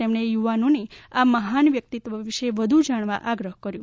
તેમણે યુવાનોને આ મહાન વ્યકિતત્વ વિશે વધુ જાણવા આગ્રહ કર્યો